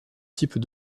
types